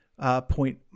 point